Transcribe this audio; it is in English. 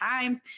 times